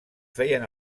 feien